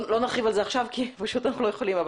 לא נרחיב על זה עכשיו כי פשוט אנחנו לא יכולים.